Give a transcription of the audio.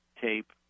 tape